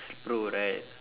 pro right